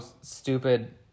stupid